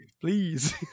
Please